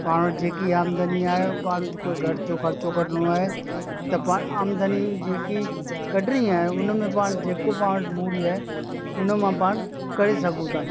पाण वटि जेकी आमदनी आहे पाण खे कोई घर जो खर्चो कढिणो आहे त पाण आमदनी जेकी कढणी आहे उनमें पाण जेको पाण वटि मूड़ी आहे उन मां पाण करे सघूं था